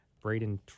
Braden